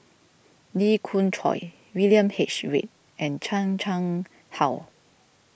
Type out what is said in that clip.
Lee Khoon Choy William H Read and Chan Chang How